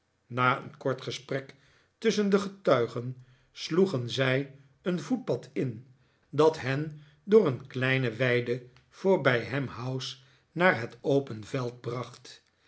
na een kort gesprek tusschen de getuigen sloegen zij een voetpad in dat hen door het huisvan arthur gride een kleine weide voorbij ham house naar het open veld bracht